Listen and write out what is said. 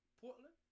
Portland